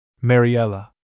Mariella